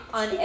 on